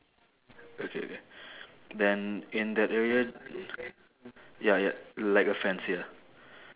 okay then in that area ya ya like a fence ya